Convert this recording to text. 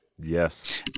Yes